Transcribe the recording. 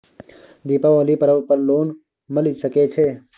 दीपावली पर्व पर लोन मिल सके छै?